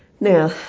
Now